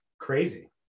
Crazy